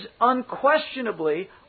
unquestionably